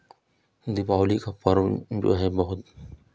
दीपावली का पर्व जो है बहुत